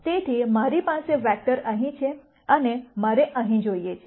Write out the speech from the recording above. તેથી મારી પાસે વેક્ટર અહીં છે અને મારે અહીં જોઈએ છે